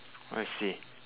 I see